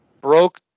broke